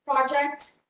Project